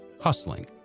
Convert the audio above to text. hustling